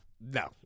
No